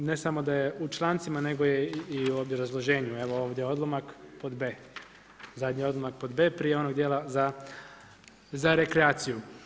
Ne samo da je u člancima, nego je i u obrazloženju, evo ovdje odlomak pod b, zadnji odlomak pod B prije onog djela za rekreaciju.